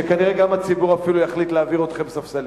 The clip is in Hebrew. שכנראה אפילו הציבור יחליט להעביר אתכם ספסלים.